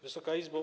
Wysoka Izbo!